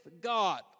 God